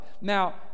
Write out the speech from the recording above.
now